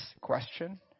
question